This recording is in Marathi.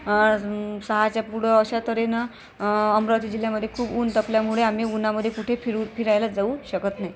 सहाच्या पुढं अशा तऱ्हेनं अमरावती जिल्ह्यामध्ये खूप ऊन तापल्यामुळे आम्ही उन्हामध्ये कुठे फिरू फिरायला जाऊ शकत नाही